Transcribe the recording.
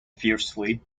fiercely